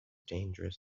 dangerous